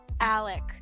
Alec